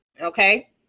okay